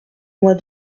mois